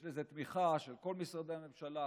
יש לזה תמיכה של כל משרדי הממשלה,